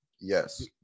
yes